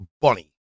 bunny